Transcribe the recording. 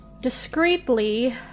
discreetly